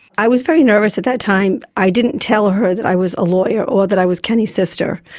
i was very nervous at that time. i didn't tell her that i was a lawyer or that i was kenny's sister,